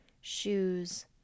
shoes